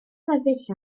sefyll